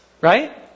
right